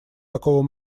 такого